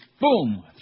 boom